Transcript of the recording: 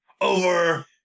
over